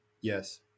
Yes